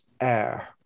air